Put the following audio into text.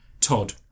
Todd